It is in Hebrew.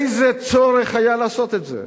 איזה צורך היה לעשות את זה?